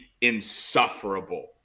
insufferable